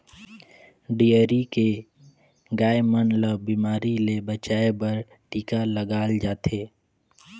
dairy के गाय मन ल बेमारी ले बचाये बर टिका लगाल जाथे